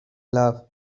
love